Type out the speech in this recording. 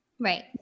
Right